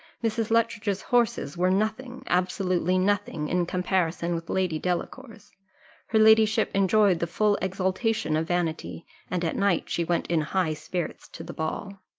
mrs. luttridge's horses were nothing, absolutely nothing, in comparison with lady delacour's her ladyship enjoyed the full exultation of vanity and at night she went in high spirits to the ball.